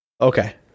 Okay